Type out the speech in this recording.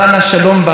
אני פונה אליכם,